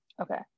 okay